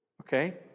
okay